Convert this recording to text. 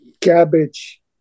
cabbage